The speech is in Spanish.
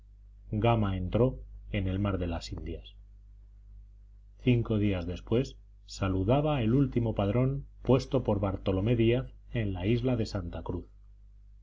gama entró en el mar de las indias cinco días después saludaba el último padrón puesto por bartolomé díaz en la isla de santa cruz